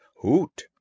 Hoot